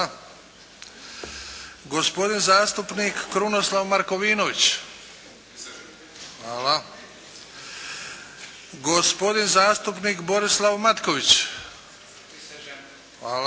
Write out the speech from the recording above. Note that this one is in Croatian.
gospodin zastupnik Krunoslav Markovinović – prisežem, gospodin zastupnik Borislav Matković –